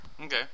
Okay